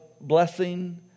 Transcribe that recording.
blessing